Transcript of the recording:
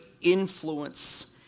influence